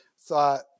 thought